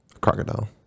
Crocodile